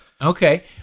Okay